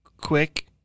quick